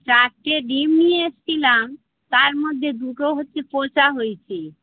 চারটে ডিম নিয়ে এসছিলাম তার মধ্যে দুটো হচ্ছে পচা হয়েছে